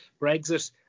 Brexit